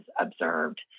observed